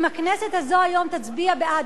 אם הכנסת הזו היום תצביע בעד,